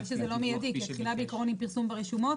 בגלל שזה לא מיידי כי הבחינה בעיקרון היא פרסום ברשומות,